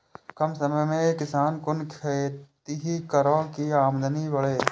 कम समय में किसान कुन खैती करै की आमदनी बढ़े?